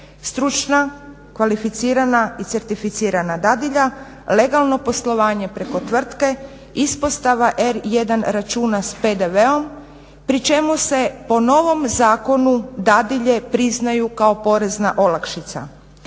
stručna kvalificirana i certificirana dadilja, legalno poslovanje preko tvrtke, ispostava R1 računa s PDV-om pri čemu se po novom zakonu dadilje priznaju kao porezna olakšica,